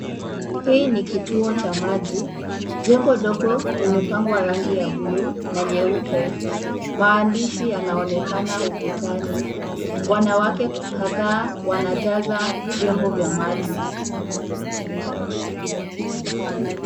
Hii ni kituo cha maji. Jengo ndogo limepakwa rangi ya buluu na nyeupe. Maandishi yanaonekana ukutani. Wanawake kadhaa wanajaza vyombo vya maji.